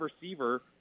receiver